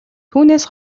түүнээс